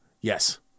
Yes